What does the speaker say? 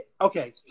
Okay